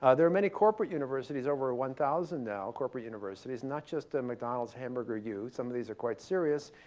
ah there are many corporate universities, over one thousand now, corporate universities. not just a mcdonald's hamburger u. some of these are quite serious,